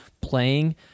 playing